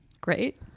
Great